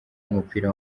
w’umupira